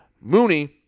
Mooney